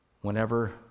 whenever